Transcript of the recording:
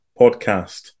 podcast